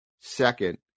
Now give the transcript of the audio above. second